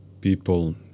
people